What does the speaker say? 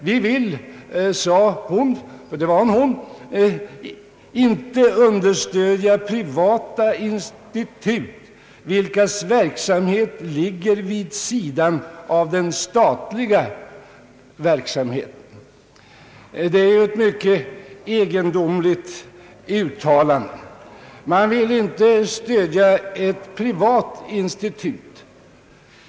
Vi vill, sade hon, inte understödja privata institut vilkas verksamhet ligger vid sidan av den statliga verksamheten. Det är ett mycket egendomligt uttalande. Man vill inte stödja ett privat institut.